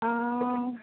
आं